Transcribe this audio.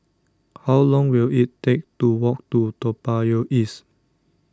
how long will it take to walk to Toa Payoh East